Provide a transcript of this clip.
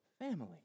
family